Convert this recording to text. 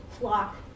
flock